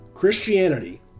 Christianity